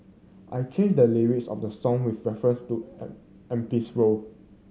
I changed the lyrics of the song with reference to M M P's role